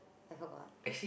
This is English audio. I forgot